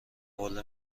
حوله